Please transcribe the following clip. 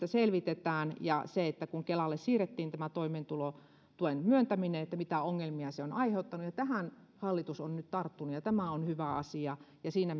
selvitetään ja se että kun kelalle siirrettiin tämä toimeentulotuen myöntäminen niin mitä ongelmia se on aiheuttanut tähän hallitus on nyt tarttunut ja tämä on hyvä asia siinä